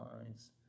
lines